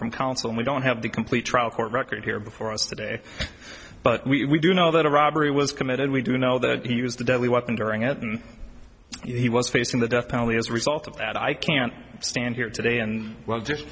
from counsel and we don't have the complete trial court record here before us today but we do know that a robbery was committed we do know that he used a deadly weapon during it and he was facing the death penalty as a result of that i can't stand here today and well just